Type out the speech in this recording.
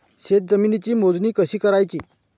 शेत जमिनीची मोजणी कशी करायची?